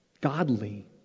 Godly